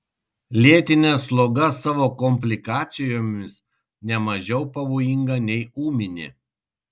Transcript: lėtinė sloga savo komplikacijomis ne mažiau pavojinga nei ūminė